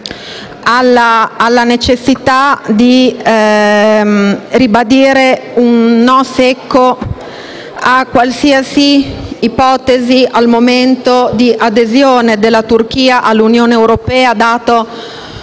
alla necessità di ribadire un secco diniego a qualsiasi ipotesi, al momento, di adesione della Turchia all'Unione europea, dato